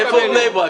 איפה בני ברק?